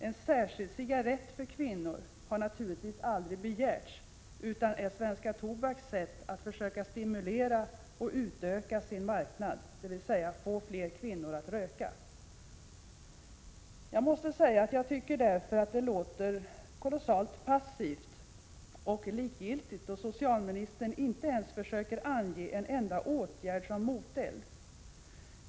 ”En särskild cigarett för kvinnor” har naturligtvis aldrig begärts utan är Svenska Tobaks AB:s sätt att försöka stimulera och utöka marknaden, dvs. att få fler kvinnor att röka. Jag måste säga att jag tycker det därför låter kolossalt passivt och likgiltigt då socialministern inte ens försöker ange en enda åtgärd som moteld.